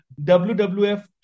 WWF